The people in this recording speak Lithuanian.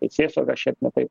teisėsauga šiaip ne taip